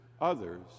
others